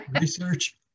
research